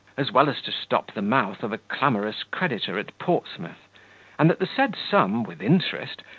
as well as to stop the mouth of a clamorous creditor at portsmouth and that the said sum, with interest,